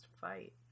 fight